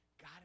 God